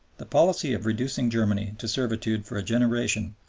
the policy of reducing germany to servitude for a generation,